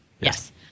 Yes